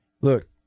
look